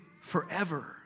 forever